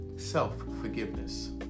self-forgiveness